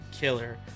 killer